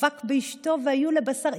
דבק באשתו והיו לבשר אחד,